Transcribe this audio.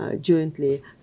jointly